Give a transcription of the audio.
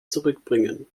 zurückbringen